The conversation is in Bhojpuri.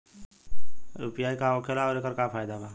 यू.पी.आई का होखेला आउर एकर का फायदा बा?